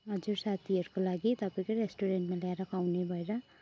हजुर साथीहरूको लागि तपाईँकै रेस्टुरेन्टमा ल्याएर खुवाउनु भएर